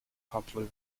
popular